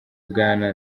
bwana